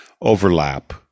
overlap